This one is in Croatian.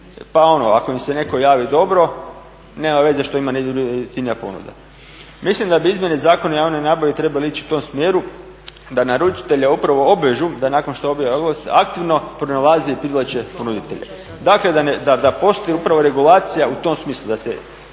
pa ono ako im se netko javi dobro, nema veze što ima negdje jeftinija ponuda. Mislim da bi izmjene Zakona o javnoj nabavi trebale ići u tom smjeru da naručitelja upravo obvežu da nakon što objavi oglas aktivno pronalazi i privlače ponuditelje. Dakle da postoji upravo regulacija u tom smislu da se